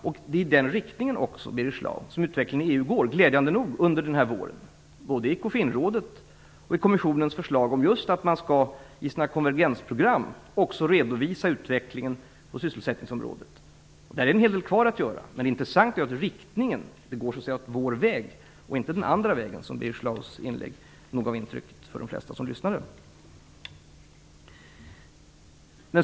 Det är glädjande nog, Birger Schlaug, också i den riktningen som utvecklingen i EU går under denna vår - både i Ecofinrådet och i kommissionens förslag om att man i sina konvergensprogram just också skall redovisa utvecklingen på sysselsättningsområdet. En hel del är kvar att göra, men det intressanta är riktningen. Det går så att säga vår väg och inte den andra vägen, vilket Birger Schlaugs inlägg nog gav intryck av för de flesta som lyssnade.